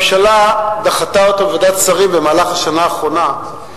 והממשלה דחתה אותה בוועדת השרים במהלך השנה האחרונה.